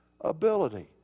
ability